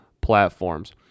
platforms